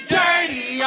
dirty